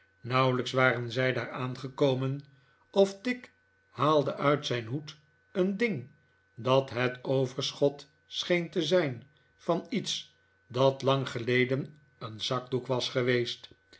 nauwelijks waren zij daar aangekomen of tigg haalde uit zijn hoed een ding dat het overschot scheen te zijn van iets dat lang geleden een zakdoek was geweest